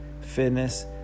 fitness